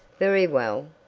very well,